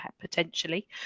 potentially